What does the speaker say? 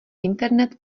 internet